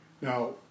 Now